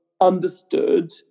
understood